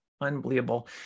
Unbelievable